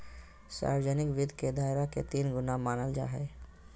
सार्वजनिक वित्त के दायरा के तीन गुना मानल जाय हइ